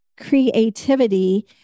creativity